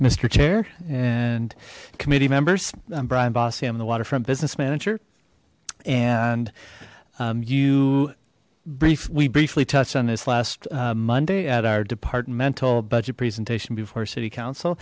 mister chair and committee members i'm brian bossy i'm the waterfront business manager and you briefed we briefly touched on this last monday at our departmental budget presentation before city council